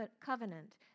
covenant